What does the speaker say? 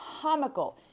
Comical